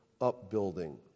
upbuilding